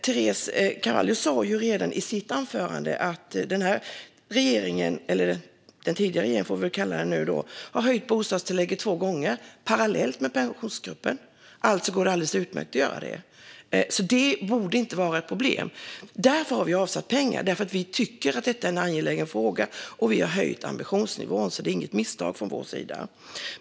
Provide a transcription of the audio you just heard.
Teresa Carvalho sa i sitt anförande att den tidigare regeringen har höjt bostadstillägget två gånger parallellt med Pensionsgruppen. Alltså går det alldeles utmärkt att göra detta, så det borde inte vara ett problem. Vi har avsatt pengar därför att vi tycker att detta är en angelägen fråga. Vi har höjt ambitionsnivån, så det är inget misstag från vår sida.